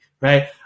right